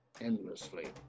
endlessly